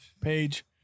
page